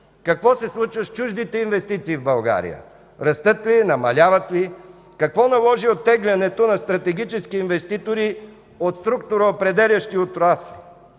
Какво се случва с чуждите инвестиции в България? Растат ли, намаляват ли? Какво наложи оттеглянето на стратегически инвеститори от структуроопределящи отрасли